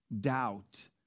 doubt